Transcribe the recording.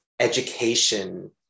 education